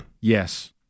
Yes